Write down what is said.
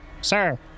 sir